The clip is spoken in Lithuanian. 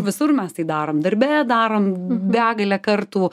visur mes tai darom darbe darom begalę kartų